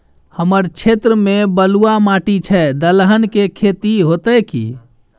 हमर क्षेत्र में बलुआ माटी छै, दलहन के खेती होतै कि?